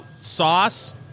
Sauce